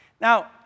Now